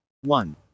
One